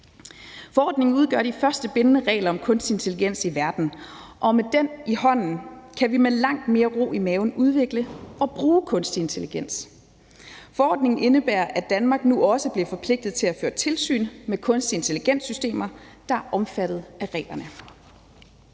Forordningen udgør de første bindende regler om kunstig intelligens i verden, og med den i hånden kan vi med langt mere ro i maven udvikle og bruge kunstig intelligens. Forordningen indebærer, at Danmark nu også bliver forpligtet til at føre tilsyn med kunstig intelligens-systemer, der er omfattet af reglerne.